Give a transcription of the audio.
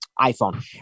iPhone